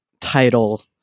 title